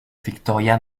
victoria